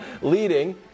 leading